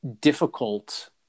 difficult